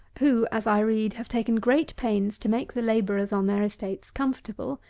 who, as i read, have taken great pains to make the labourers on their estates comfortable,